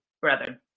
brethren